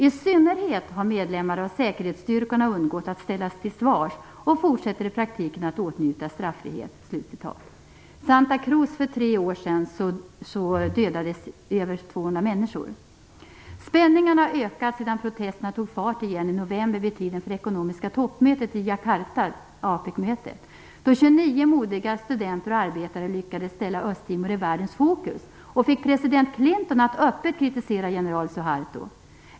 I synnerhet har medlemmar av säkerhetsstyrkorna undgått att ställas till svars och fortsätter i praktiken att åtnjuta straffrihet." I Santa Cruz för tre år sedan dödades över 200 människor. Spänningarna har ökat sedan protesterna tog fart igen i november, vid tiden för det ekonomiska toppmötet, APEC-mötet, i Jakarta. 29 modiga studenter och arbetare lyckades då ställa Östtimor i världens fokus, och de fick president Clinton att öppet kritisera general Suharto.